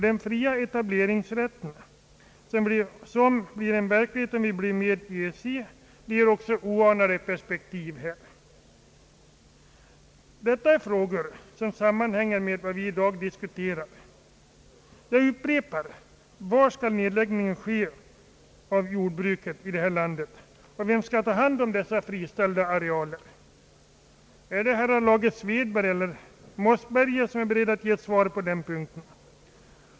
Den fria etableringsrätten, som blir en verklighet om vi kommer med i EEC, ger oanade perspektiv i sammanhanget. Detta är frågor som hör samman med vad vi i dag diskuterar. Jag upprepar: Var skall nedläggningen av jordbruk ske här i landet och vem skall ta hand om de friställda arealerna? Är herrar Lage Svedberg och Mossberger beredda att ge svaret på den punkten?